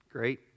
Great